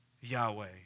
Yahweh